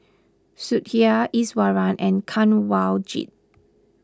Sudhir Iswaran and Kanwaljit